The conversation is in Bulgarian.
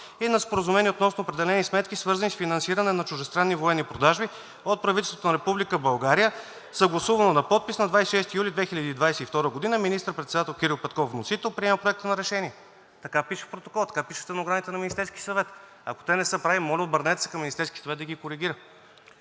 и на Споразумение относно определени сметки, свързани с финансиране на чуждестранни военни продажби от правителството на Република България, съгласувано на подпис на 26 юли 2022 г. Министър-председател Кирил Петков – вносител, приел Проекта на решение“. (Реплики от „БСП за България.“)Така пише в протокола, така пише в стенограмата на Министерския съвет. Ако те не са правилни, моля, обърнете се към Министерския съвет да ги коригира.